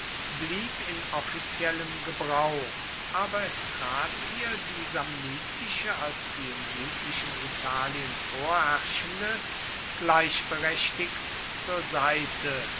blieb in offiziellem gebrauch aber es trat ihr die samnitische als die im südlichen italien vorherrschende gleichberechtigt zur seite